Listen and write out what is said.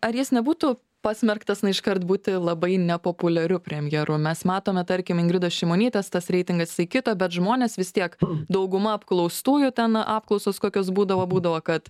ar jis nebūtų pasmerktas na iškart būti labai nepopuliariu premjeru mes matome tarkim ingridos šimonytės tas reitingas jisai kito bet žmonės vis tiek dauguma apklaustųjų ten apklausos kokios būdavo būdavo kad